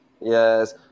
yes